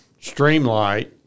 streamlight